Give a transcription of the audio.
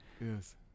yes